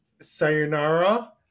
Sayonara